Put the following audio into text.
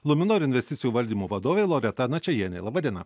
luminor investicijų valdymo vadovė loreta načajienė laba diena